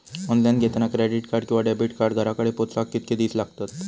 Online घेतला credit card किंवा debit card घराकडे पोचाक कितके दिस लागतत?